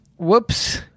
Whoops